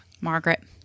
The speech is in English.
Margaret